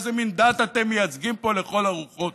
איזה מין דת אתם מייצגים פה, לכל הרוחות?